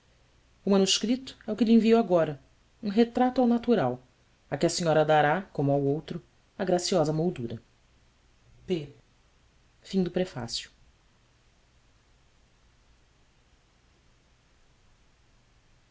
o manuscrito é o que lhe envio agora um retrato ao natural a que a senhora dará como ao outro a graciosa